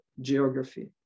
geography